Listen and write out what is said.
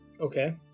Okay